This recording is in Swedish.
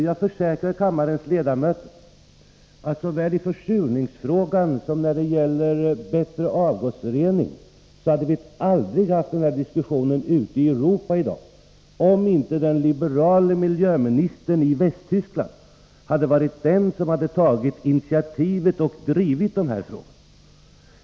Jag försäkrar kammarens ledamöter att varken i försurningsfrågan eller när det gäller bättre avgasrening hade vi haft den här diskussionen ute i Europa i dag om inte den liberale miljöministern i Västtyskland hade varit den som tog initiativet och drev de här frågorna.